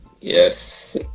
Yes